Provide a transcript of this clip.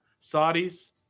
Saudis